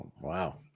Wow